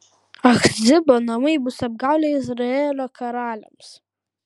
achzibo namai bus apgaulė izraelio karaliams